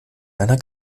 einer